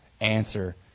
Answer